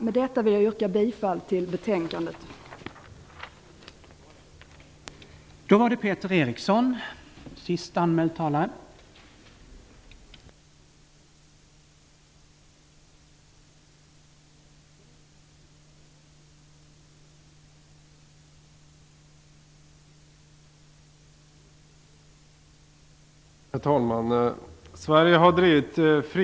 Med detta vill jag yrka bifall till utskottets hemställan.